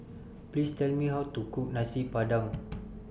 Please Tell Me How to Cook Nasi Padang